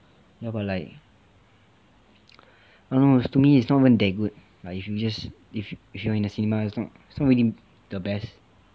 I know but like I don't know to me it's not even that good like if you just if you're in the cinema it's not it's not really the best